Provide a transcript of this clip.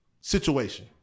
situation